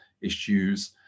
issues